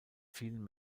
vielen